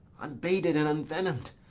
unbated and envenom'd